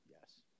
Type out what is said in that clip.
yes